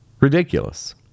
ridiculous